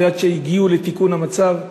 עד שהגיעו לתיקון המצב.